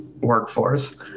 workforce